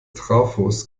trafos